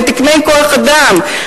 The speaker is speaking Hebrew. לתקני כוח-אדם.